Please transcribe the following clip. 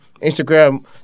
Instagram